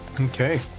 Okay